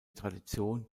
tradition